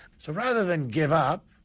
so rather than give up,